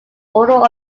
order